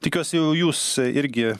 tikiuosi jau jūs irgi